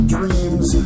Dreams